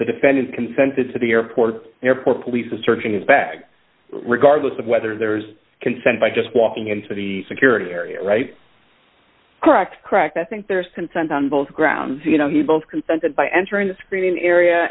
the defendant consented to the airport airport police are searching his bag regardless of whether there's consent by just walking into the security area right correct correct i think there is consent on both grounds you know you both consented by entering the screening area